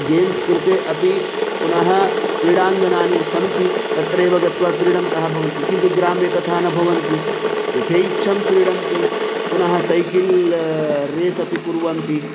games कृते अपि पुनः क्रीडाङ्गनानि सन्ति तत्रैव गत्वा क्रीडन्तः भवन्ति किन्तु ग्रामे तथा न भवन्ति यथेच्छं क्रीडन्ति पुनः सैकल् रेस् अपि कुर्वन्ति